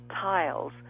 tiles